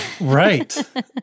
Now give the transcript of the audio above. Right